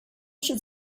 should